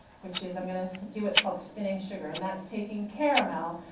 which is, i'm going to do what's called spinning sugar. and that's taking caramel,